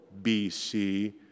BC